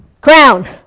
crown